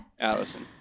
Allison